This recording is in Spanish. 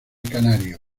canario